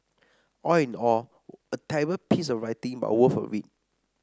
all in all a terrible piece of writing but worth a read